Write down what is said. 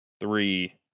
three